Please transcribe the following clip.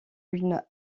une